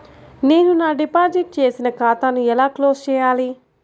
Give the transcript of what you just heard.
నేను నా డిపాజిట్ చేసిన ఖాతాను ఎలా క్లోజ్ చేయాలి?